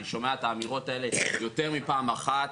אני שומע את האמירות האלה יותר מפעם אחת,